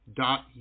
dot